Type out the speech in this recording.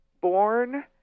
born